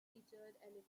featured